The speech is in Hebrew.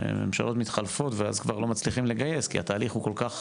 ממשלות מתחלפות ואז כבר לא מצליחים לגייס כי התהליך הוא כל כך